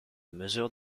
mesure